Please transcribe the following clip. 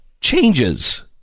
changes